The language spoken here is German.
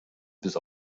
bis